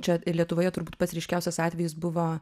čia lietuvoje turbūt pats ryškiausias atvejis buvo